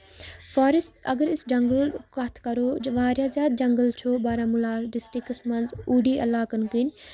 forest اگر أسۍ جنگلو کَتھ کَرو واریاہ زیادٕ جنگل چھُ بارہمولہ ڈِسٹرکس منٛز اوٗڈی علاقن کِنۍ